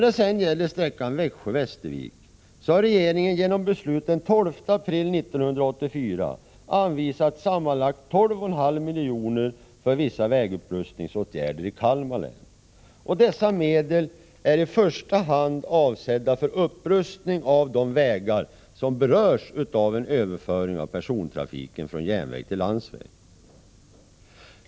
Beträffande sträckan Växjö-Västervik har regeringen genom beslut den 12 april 1984 anvisat sammanlagt 12,5 miljoner för vissa vägupprustningsåtgärder i Kalmar län. Dessa medel är i första hand avsedda för upprustning av de vägar som berörs av en överföring av persontrafiken från järnväg till landsväg.